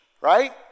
right